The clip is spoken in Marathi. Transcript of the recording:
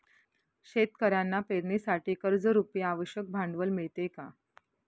शेतकऱ्यांना पेरणीसाठी कर्जरुपी आवश्यक भांडवल मिळते का?